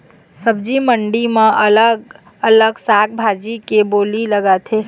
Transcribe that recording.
सब्जी मंडी म अलग अलग साग भाजी के बोली लगथे